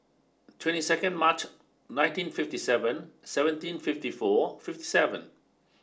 twenty second March nineteen fifty seven seventeen fifty four fifty seven